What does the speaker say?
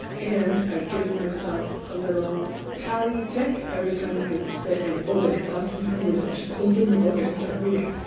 and i give myself a little tally tick every time i sit and open it. that's my only goal. just open the book and start reading.